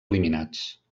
eliminats